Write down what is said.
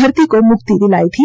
धरती को मुक्ति दिलाई थी